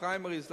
פריימריז,